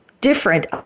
different